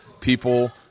people